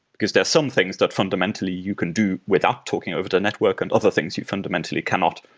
because there are some things that fundamentally you can do without talking over the network and other things you fundamentally cannot.